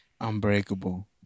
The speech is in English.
Unbreakable